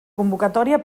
convocatòria